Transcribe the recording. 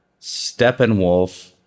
steppenwolf